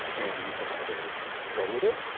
and you can either go with it,